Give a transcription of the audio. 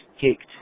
kicked